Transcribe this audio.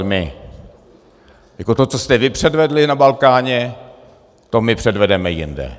My po tom, co jste vy předvedli na Balkáně, to my předvedeme jinde.